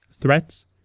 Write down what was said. threats